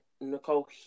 Nicole